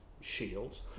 shield